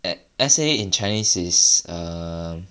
e~ essay in chinese is err